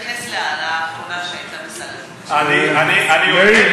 חבר הכנסת כהן, אני יכול?